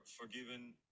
forgiven